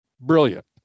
Brilliant